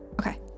Okay